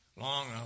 long